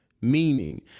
Meaning